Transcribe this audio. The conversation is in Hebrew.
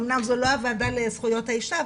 אומנם זה לוועדה לזכויות האישה,